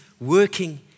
working